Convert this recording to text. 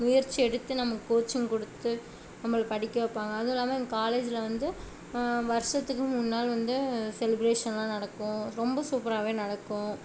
முயற்சி எடுத்து நமக்கு கோச்சிங் கொடுத்து நம்மளை படிக்க வைப்பாங்க அதுவும் இல்லாமல் எங்கள் காலேஜில் வந்து வருஷத்துக்கு மூணு நாள் வந்து செலிப்ரேஷனெலாம் நடக்கும் ரொம்ப சூப்பராகவே நடக்கும்